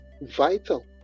vital